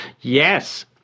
yes